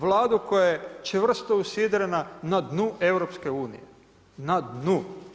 Vladu koja je čvrsto usidrena na dnu EU, na dnu.